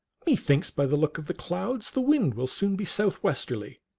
methinks by the look of the clouds the wind will soon be southwesterly.